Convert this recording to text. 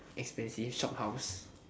expensive shophouse